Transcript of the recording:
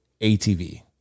ATV